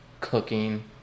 cooking